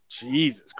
jesus